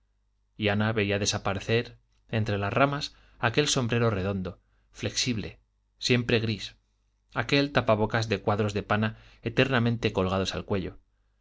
y ana veía desaparecer entre las ramas aquel sombrero redondo flexible siempre gris aquel tapabocas de cuadros de pana eternamente colgado al cuello